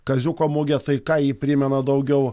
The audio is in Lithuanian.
kaziuko mugę tai ką ji primena daugiau